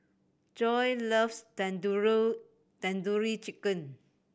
Joi loves Tandoori Chicken